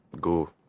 go